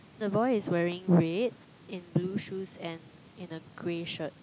the boy is wearing red in blue shoes and in a grey shirt